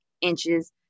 inches